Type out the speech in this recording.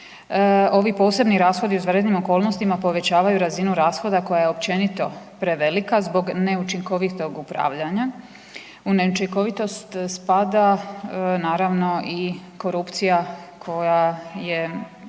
Ovi posebni rashodi u izvanrednim okolnostima, povećavaju razinu rashoda koja je općenito prevelika zbog neučinkovitog upravljanja. U neučinkovitost spada naravno i korupcija koja je